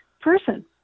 person